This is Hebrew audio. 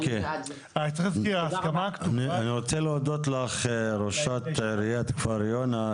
אני רוצה להודות לך ראשת עיריית כפר יונה,